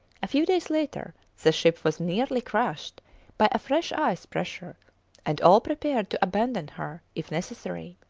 a few days later, the ship was nearly crushed by a fresh ice pressure and all prepared to abandon her if necessary,